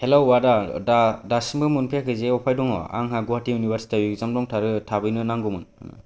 hello आदा दा दासिम्बो मोनफैयाखैजे बबेयाव दङ आंहा गुवाहाटि इउनिभार्सिटियाव एग्जाम दंथारो थाबैनो नांगौमोन